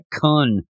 cun